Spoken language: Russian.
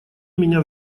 меня